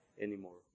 anymore